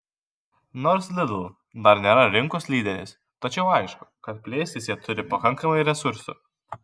nors lidl dar nėra rinkos lyderis tačiau aišku kad plėstis jie turi pakankamai resursų